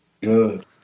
Good